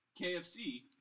KFC